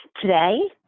Today